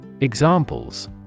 Examples